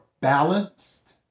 balanced